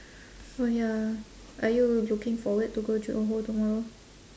orh ya are you looking forward to go johor tomorrow